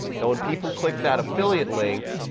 now when people click that affiliate link,